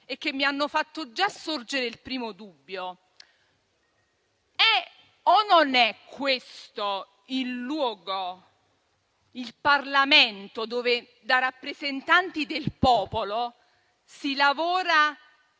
che mi hanno fatto già sorgere il primo dubbio. È o non è questo il luogo, il Parlamento, dove da rappresentanti del popolo si lavora